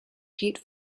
pete